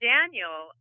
Daniel